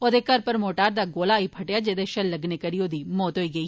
ओहदे घरै पर मोर्टार दा गोला आई फटेआ जेह्दा शैल लग्गने करी औदी मौत होई गेई